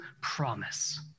promise